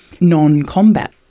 non-combat